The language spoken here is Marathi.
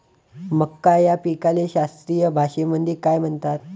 मका या पिकाले शास्त्रीय भाषेमंदी काय म्हणतात?